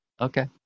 okay